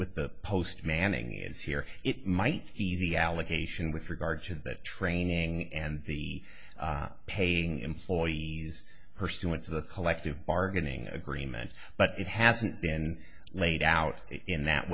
with the post manning is here it might be the allegation with regard to that training and the paving employees pursuant to the collective bargaining agreement but it hasn't been laid out in that